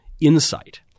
insight